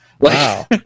Wow